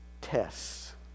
tests